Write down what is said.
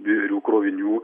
birių krovinių